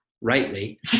rightly